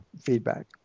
feedback